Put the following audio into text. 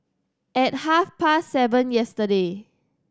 at half past seven yesterday